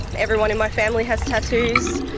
everyone in my family has tattoos,